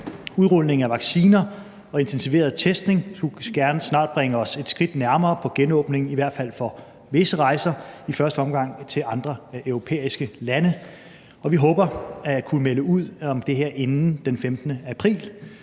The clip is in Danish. Udrulning af vacciner og intensiveret testning skulle gerne snart bringe os et skridt nærmere på genåbning, i hvert fald for visse rejser, i første omgang til andre europæiske lande. Og vi håber at kunne melde ud om det her inden den 15. april.